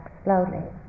slowly